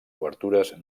obertures